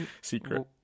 secret